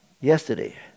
yesterday